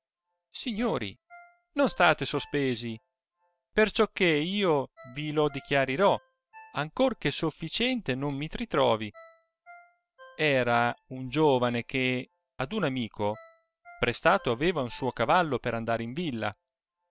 signori non state sospesi perciò che io vi lo dichiarirò ancor che sofficiente non mi ritrovi era un giovane che ad uno amico prestato aveva un suo cavallo per andar in villa